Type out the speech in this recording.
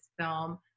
film